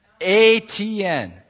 ATN